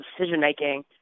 decision-making